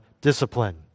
discipline